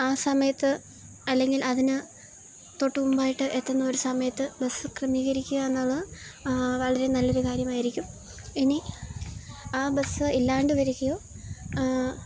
ആ സമയത്ത് അല്ലെങ്കിൽ അതിന് തൊട്ട് മുമ്പായിട്ട് എത്തുന്ന ഒരു സമയത്ത് ബസ്സ് ക്രമീകരിക്കുക എന്നുള്ള വളരെ നല്ല ഒരു കാര്യമായിരിക്കും ഇനി ആ ബസ്സ് ഇല്ലാണ്ട് വരികയോ